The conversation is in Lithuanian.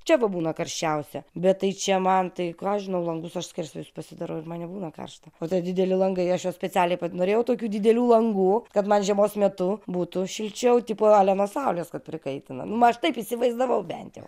čia va būna karščiausia bet tai čia man tai ką žinau langus aš skersvėjus pasidarau ir man nebūna karšta o tie dideli langai aš juos specialiai norėjau tokių didelių langų kad man žiemos metu būtų šilčiau tipo ale nuo saulės kad prikaitina nu aš taip įsivaizdavau bent jau